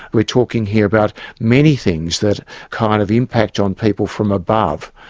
we're talking here about many things that kind of impact on people from above,